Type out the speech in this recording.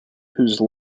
whose